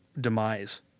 demise